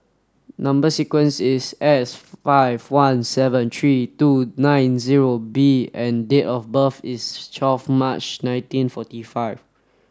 number sequence is S five one seven three two nine zero B and date of birth is twelve March nineteen forty five